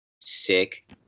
Sick